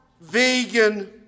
vegan